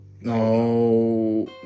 No